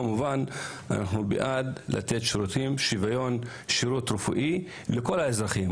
כמובן אנחנו בעד לתת שוויון שירות רפואי לכל האזרחים,